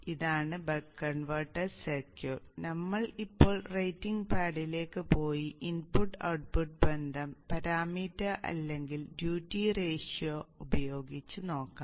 ഇതാണ് buck D parameter അല്ലെങ്കിൽ duty ratio ഉപയോഗിച്ച് നോക്കാം